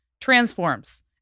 transforms